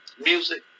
music